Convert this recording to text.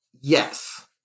yes